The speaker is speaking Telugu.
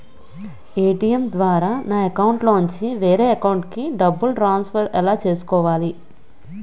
ఏ.టీ.ఎం ద్వారా నా అకౌంట్లోనుంచి వేరే అకౌంట్ కి డబ్బులు ట్రాన్సఫర్ ఎలా చేసుకోవాలి?